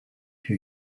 who